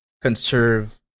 conserve